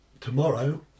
tomorrow